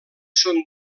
són